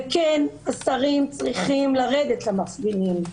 וכן, השרים צריכים לרדת למפגינים.